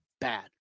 bad